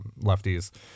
lefties